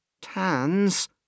Tans